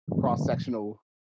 cross-sectional